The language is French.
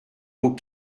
vos